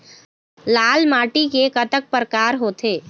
लाल माटी के कतक परकार होथे?